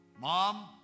mom